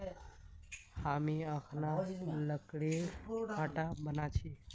हामी अखना लकड़ीर खाट बना छि